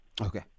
Okay